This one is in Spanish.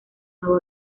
nuevo